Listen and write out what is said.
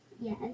Yes